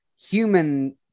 human